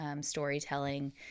storytelling